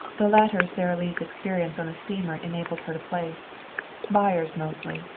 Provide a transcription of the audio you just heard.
the latter sara lee's experience on the steamer enabled her to place buyers mostly,